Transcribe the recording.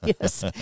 yes